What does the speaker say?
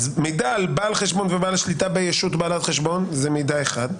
מידע על בעל חשבון ובעל שליטה בישות בעלת חשבון זה מידע אחד.